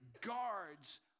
guards